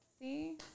see